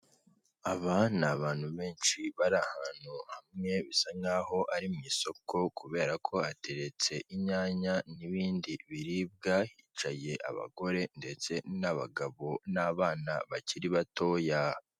Aba ni abantu benshi bari ahantu hamwe bisa nkaho ari mu isoko kubera ko hateretse inyanya n'ibindi biribwa hicaye abagore ndetse n'abagabo n'abana bakiri batoya.